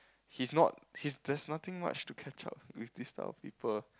he's not he's there's nothing much to catch up with this type of people